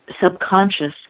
subconscious